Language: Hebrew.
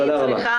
רועי אני רוצה